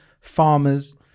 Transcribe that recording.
farmers